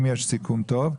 אם יש סיכום אז טוב,